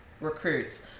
recruits